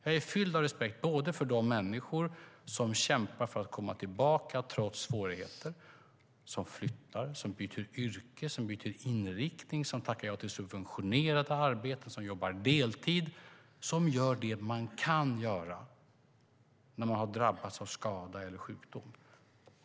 Jag är fylld av respekt för de människor som kämpar för att komma tillbaka trots svårigheter, som flyttar, som byter yrke, som byter inriktning, som tackar ja till subventionerade arbeten, som jobbar deltid, som gör det man kan göra när man har drabbats av skada eller sjukdom.